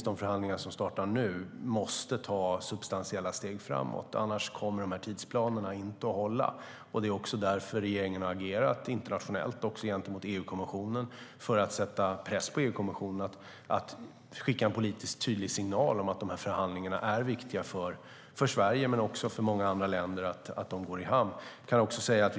De förhandlingar som startar nu måste ta substantiella steg framåt, för annars kommer tidsplanerna inte att hålla. Det är också därför regeringen har agerat internationellt och gentemot EU-kommissionen för att sätta press på kommissionen att skicka en tydlig politisk signal om att det är viktigt för Sverige och många andra länder att förhandlingarna går i hamn.